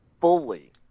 fully